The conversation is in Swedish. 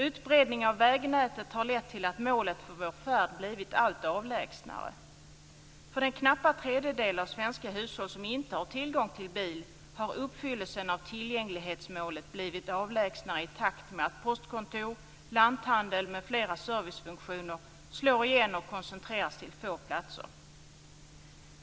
Utbredningen av vägnätet har lett till att målet för vår färd blivit allt avlägsnare. För den knappa tredjedel av svenska hushåll som inte har tillgång till bil har uppfyllelsen av tillgänglighetsmålet blivit avlägsnare i takt med att postkontor, lanthandel m.fl. servicefunktioner slår igen och koncentreras till få platser.